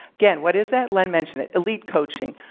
again, what is that? len mentioned it. elite coaching.